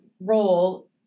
role